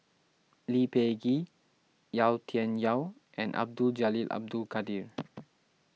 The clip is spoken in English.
Lee Peh Gee Yau Tian Yau and Abdul Jalil Abdul Kadir